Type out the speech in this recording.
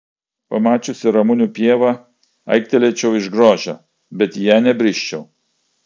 pamačiusi ramunių pievą aiktelėčiau iš grožio bet į ją nebrisčiau